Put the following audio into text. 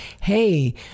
Hey